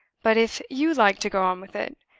but if you like to go on with it,